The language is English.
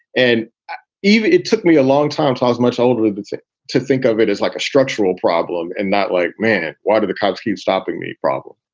and even it took me a long time. i was much older, but say to think of it as like a structural problem and not like, man, why did the cops keep stopping me? problem